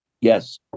Yes